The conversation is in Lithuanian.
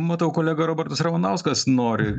matau kolega robertas ramanauskas nori